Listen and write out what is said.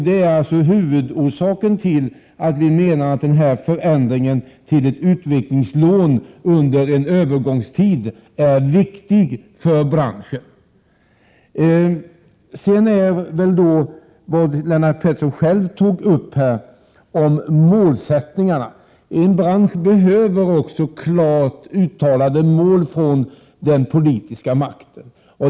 Det är huvudorsaken till att vi i centern menar att den förändring som föreslås och som innebär att man inför ett utvecklingslån under en övergångstid är viktig för branschen. Lennart Pettersson tog upp målsättningarna. En bransch behöver också klart uttalade mål från den politiska makten.